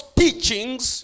teachings